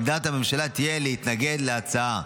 עמדת הממשלה תהיה להתנגד להצעה.